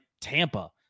Tampa